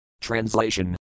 Translation